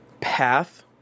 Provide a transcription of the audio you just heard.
path